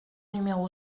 numéro